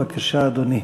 בבקשה, אדוני.